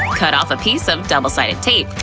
cut off a piece of double-sided tape.